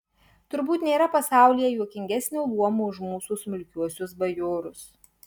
turbūt nėra pasaulyje juokingesnio luomo už mūsų smulkiuosius bajorus